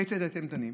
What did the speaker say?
כיצד הייתם דנים?